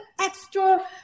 extra